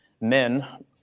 men